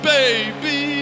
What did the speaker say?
baby